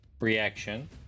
reaction